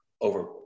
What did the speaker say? over